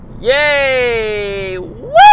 yay